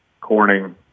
Corning